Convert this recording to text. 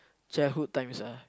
childhood times ah